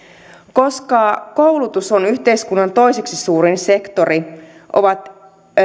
koska koulutus on yhteiskunnan toiseksi suurin sektori ovat